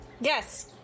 Yes